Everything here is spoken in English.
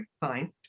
fine